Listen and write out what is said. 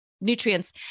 nutrients